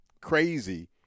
crazy